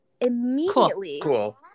immediately